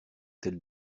tel